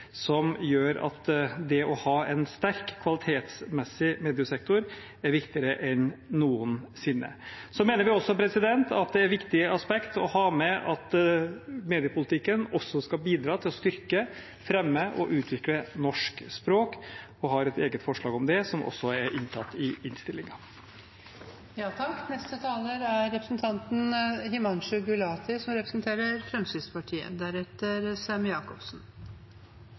som gjør at det å ha en kvalitetsmessig sterk mediesektor er viktigere enn noensinne. Så mener vi også at det er et viktig aspekt å ha med at mediepolitikken også skal bidra til å styrke, fremme og utvikle norsk språk. Vi har et eget forslag om det, som også er inntatt i innstillingen. Fremskrittspartiet er sterkt skeptisk til de politiske grepene som